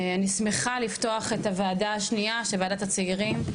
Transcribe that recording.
אני שמחה לפתוח את הוועדה השנייה של וועדת הצעירים,